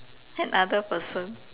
another person